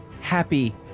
happy